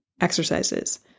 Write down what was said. exercises